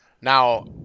Now